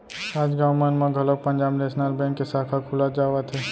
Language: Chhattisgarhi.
आज गाँव मन म घलोक पंजाब नेसनल बेंक के साखा खुलत जावत हे